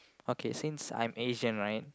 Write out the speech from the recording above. okay since I'm Asian right